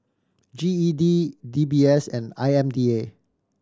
G E D D B S and I M D A